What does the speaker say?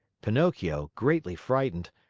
pinocchio, greatly frightened,